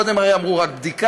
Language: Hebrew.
קודם הרי אמרו: רק בדיקה,